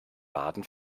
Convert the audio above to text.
baden